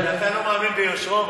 אתה לא מאמין ביושרו?